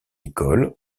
école